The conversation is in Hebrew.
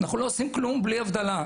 אבל אנחנו לא עושים כלום בלי הבדלה.